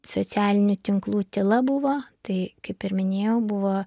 socialinių tinklų tyla buvo tai kaip ir minėjau buvo